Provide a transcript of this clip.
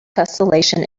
tesselation